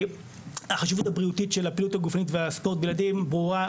החשיבות הבריאותית של הפעילות הגופנית והספורט בילדים ברורה,